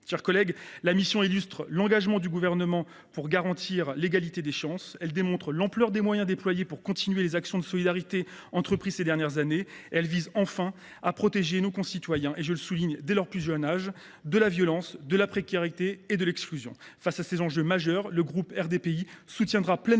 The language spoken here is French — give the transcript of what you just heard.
de santé. La mission illustre l’engagement du Gouvernement à garantir l’égalité des chances. Elle démontre l’ampleur des moyens déployés pour continuer les actions de solidarité entreprises ces dernières années. Elle vise enfin à protéger nos concitoyens, dès leur plus jeune âge, de la violence, de la précarité et de l’exclusion. Face à ces enjeux majeurs, le groupe RDPI soutiendra pleinement